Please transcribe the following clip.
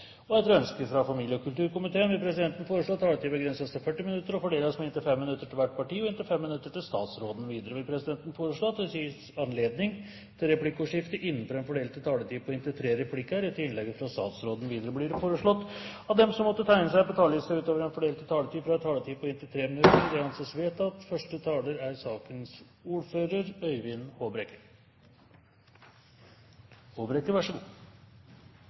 4. Etter ønske fra familie- og kulturkomiteen vil presidenten foreslå at taletiden begrenses til 40 minutter og fordeles med inntil 5 minutter til hvert parti og inntil 5 minutter til statsråden. Videre vil presidenten foreslå at det gis anledning til replikkordskifte på inntil tre replikker med svar etter innlegget fra statsråden innenfor den fordelte taletid. Videre blir det foreslått at de som måtte tegne seg på talerlisten utover den fordelte taletid, får en taletid på inntil 3 minutter. – Det anses vedtatt.